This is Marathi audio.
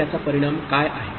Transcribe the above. तर याचा परिणाम काय आहे